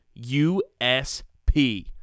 USP